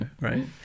right